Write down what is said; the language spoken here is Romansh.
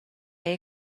era